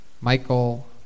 Michael